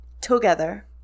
Together